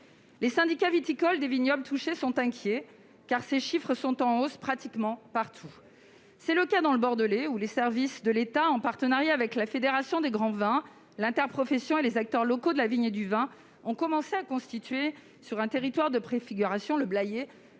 Les syndicats viticoles des vignobles touchés sont inquiets, car les chiffres sont en hausse pratiquement partout. C'est le cas dans le Bordelais, où les services de l'État, en partenariat avec la fédération des grands vins, l'interprofession et les acteurs locaux de la vigne et du vin, ont commencé à constituer sur un territoire de préfiguration, le Blayais,